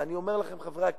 ואני אומר לכם, חברי הכנסת,